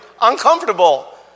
uncomfortable